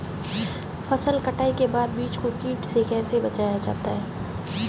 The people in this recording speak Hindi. फसल कटाई के बाद बीज को कीट से कैसे बचाया जाता है?